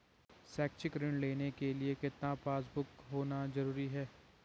शैक्षिक ऋण लेने के लिए कितना पासबुक होना जरूरी है?